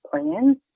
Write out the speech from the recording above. plans